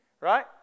right